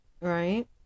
Right